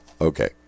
Okay